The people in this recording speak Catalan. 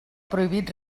prohibit